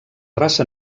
raça